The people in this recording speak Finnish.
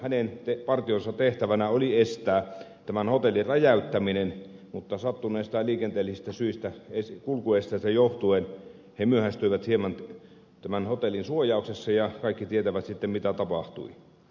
hänen partionsa tehtävänä oli estää tämän hotellin räjäyttäminen mutta sattuneista ja liikenteellisistä syistä kulkuesteistä johtuen he myöhästyivät hieman tämän hotellin suojauksessa ja kaikki tietävät sitten mitä tapahtui